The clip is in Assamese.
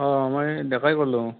অ' মই ডেকাই ক'লোঁ